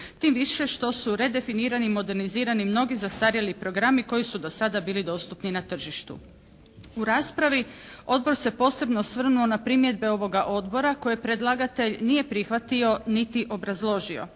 tim više što su redefinirani i modernizirani mnogi zastarjeli programi koji su do sada bili dostupni na tržištu. U raspravi Odbor se posebno osvrnuo na primjedbe ovoga Odbora koje predlagatelj nije prihvatio niti obrazložio.